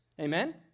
Amen